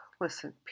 Listen